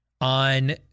on